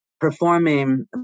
performing